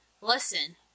listen